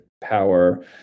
power